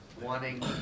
wanting